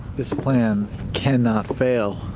this plan cannot fail.